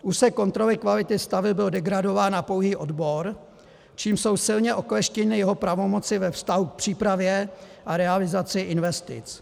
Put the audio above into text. Úsek kontroly kvality staveb byl degradován na pouhý odbor, čímž jsou silně okleštěny jeho pravomoci ve vztahu k přípravě a realizaci investic.